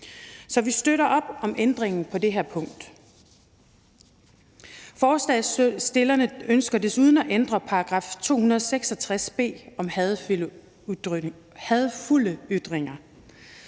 Så vi støtter op om ændringen på det her punkt. Forslagsstillerne ønsker desuden at ændre § 266 b om hadefulde ytringer.